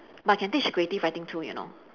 but I can teach creative writing too you know